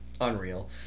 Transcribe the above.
unreal